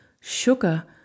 sugar